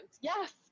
Yes